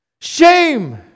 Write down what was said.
Shame